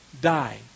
Die